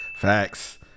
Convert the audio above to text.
Facts